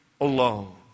alone